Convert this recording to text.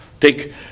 take